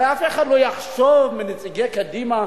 הרי אף אחד לא יחשוב על נציגי קדימה,